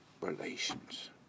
Relations